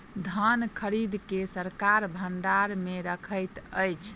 धान खरीद के सरकार भण्डार मे रखैत अछि